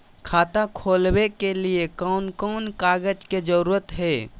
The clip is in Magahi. खाता खोलवे के लिए कौन कौन कागज के जरूरत है?